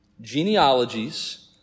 genealogies